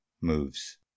moves